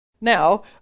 now